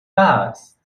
است